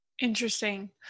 Interesting